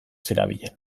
zerabilen